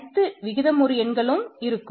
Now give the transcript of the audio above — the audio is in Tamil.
அனைத்து விகிதமுறு எண்ணும் இருக்கும்